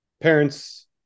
parents